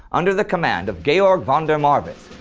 under the command of georg von der marwitz.